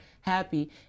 happy